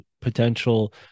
potential